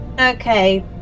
Okay